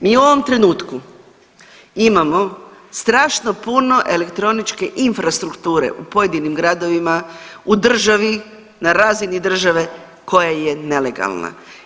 Mi u ovom trenutku imamo strašno puno elektroničke infrastrukture u pojedinim gradovima, u državi, na razini države koja je nelegalna.